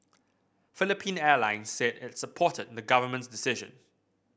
Philippine Airlines said it supported the government's decision